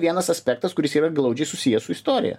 vienas aspektas kuris yra glaudžiai susijęs su istorija